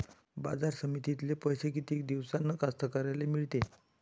बाजार समितीतले पैशे किती दिवसानं कास्तकाराइले मिळते?